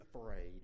afraid